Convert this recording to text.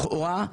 לכאורה,